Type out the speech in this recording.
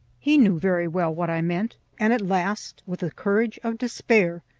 he knew very well what i meant, and at last, with the courage of despair,